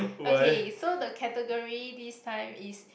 okay so the category this time is